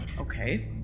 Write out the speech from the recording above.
Okay